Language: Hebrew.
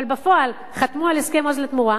אבל חתמו על הסכם "עוז לתמורה"